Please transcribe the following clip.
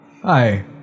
Hi